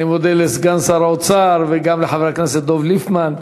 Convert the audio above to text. אני מודה לסגן שר האוצר וגם לחבר הכנסת דב ליפמן.